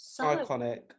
Iconic